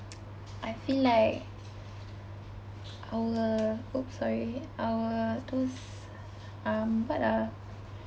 I feel like our !oops! sorry our those um what ah